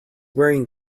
wearing